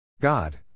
God